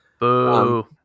Boo